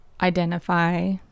identify